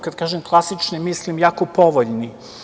Kad kažem klasični mislim jako povoljni.